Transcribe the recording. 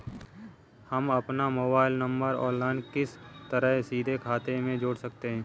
हम अपना mobile number online किस तरह सीधे अपने खाते में जोड़ सकते हैं?